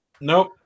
Nope